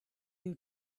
you